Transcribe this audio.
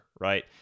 right